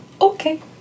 Okay